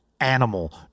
animal